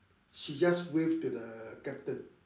she just wave to the captain